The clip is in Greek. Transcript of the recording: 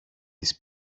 τις